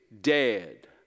dead